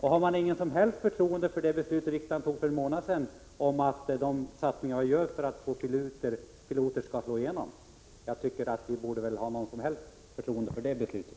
Har han inget som helst förtroende för det beslut som riksdagen fattade för en månad sedan om de satsningar som skall göras för att få fler piloter? Folkpartiet borde ha förtroende för det beslutet.